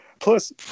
Plus